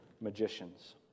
magicians